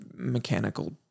mechanical